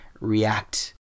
react